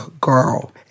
girl